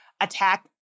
attack